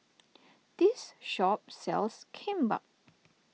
this shop sells Kimbap